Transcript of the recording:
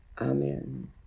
Amen